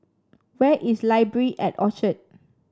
where is Library at Orchard